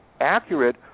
accurate